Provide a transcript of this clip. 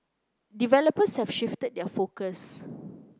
developers have shifted their focus